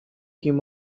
him